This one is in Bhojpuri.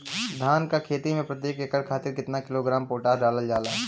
धान क खेती में प्रत्येक एकड़ खातिर कितना किलोग्राम पोटाश डालल जाला?